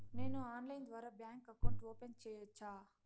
నేను ఆన్లైన్ ద్వారా bank account open సేయొచ్చా?